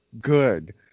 Good